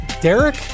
Derek